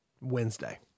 Wednesday